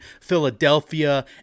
philadelphia